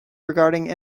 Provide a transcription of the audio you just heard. regarding